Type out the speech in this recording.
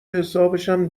حسابشم